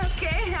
Okay